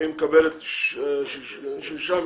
והיא מקבלת שישה מסביב,